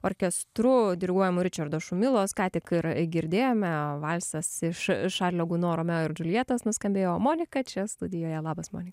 orkestru diriguojamu ričardo šumilos ką tik ir girdėjome valsas iš šarlio guno romeo ir džiuljetos nuskambėjo monika čia studijoje labas monika